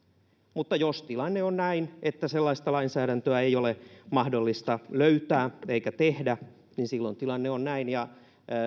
mutta jos tilanne on näin että sellaista lainsäädäntöä ei ole mahdollista löytää eikä tehdä niin silloin tilanne on näin ja